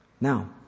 Now